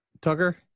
Tucker